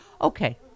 okay